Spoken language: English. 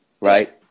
right